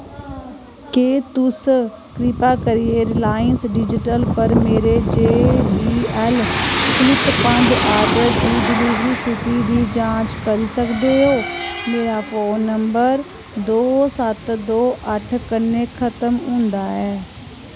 क्या तुस कृपा करियै रिलायंस डिजिटल पर मेरे जे बी एल फ्लिप पंज आर्डर दी डलीवरी स्थिति दी जांच करी सकदे ओ मेरा फोन नंबर दो सत्त दो अट्ठ कन्नै खतम होंदा ऐ